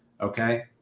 okay